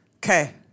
Okay